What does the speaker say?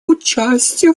участия